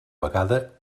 vegada